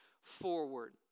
forward